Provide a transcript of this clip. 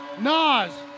Nas